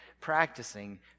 practicing